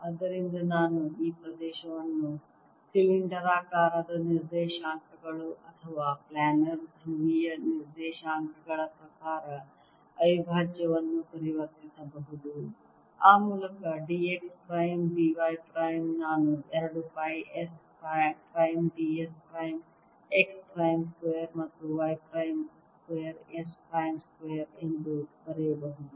ಆದ್ದರಿಂದ ನಾನು ಈ ಪ್ರದೇಶವನ್ನು ಸಿಲಿಂಡರಾಕಾರದ ನಿರ್ದೇಶಾಂಕಗಳು ಅಥವಾ ಪ್ಲ್ಯಾನರ್ ಧ್ರುವೀಯ ನಿರ್ದೇಶಾಂಕಗಳ ಪ್ರಕಾರ ಅವಿಭಾಜ್ಯವಾಗಿ ಪರಿವರ್ತಿಸಬಹುದು ಆ ಮೂಲಕ d x prime d y prime ನಾನು 2 pi S prime d s prime x prime square ಮತ್ತು y prime square s prime square ಎಂದು ಬರೆಯಬಹುದು